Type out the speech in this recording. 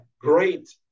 great